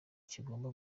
kigomba